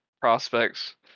prospects